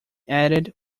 added